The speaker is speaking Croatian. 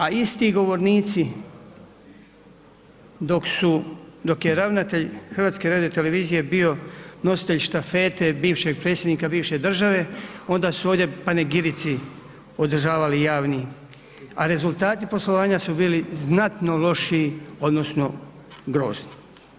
A isti govornici dok je ravnatelj HRT-a bio nositelj štafete bivšeg predsjednika bivše države, onda su ovdje panegirici održavali javni a rezultati poslovanja su bili znatno lošiji odnosno grozni.